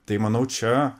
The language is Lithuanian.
tai manau čia